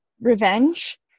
revenge